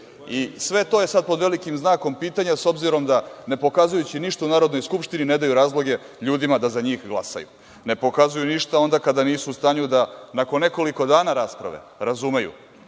Sve je to sad pod velikim znakom pitanja s obzirom da ne pokazujući ništa u Narodnoj skupštini, ne daju razloge ljudima da za njih glasaju. Ne pokazuju ništa onda kada nisu u stanju da nakon nekoliko dana rasprave razumeju.